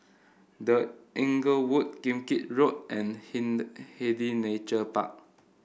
The Inglewood Kim Keat Road and Hindhede Nature Park